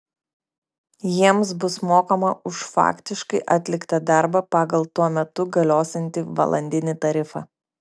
jiems bus mokama už faktiškai atliktą darbą pagal tuo metu galiosiantį valandinį tarifą